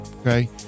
Okay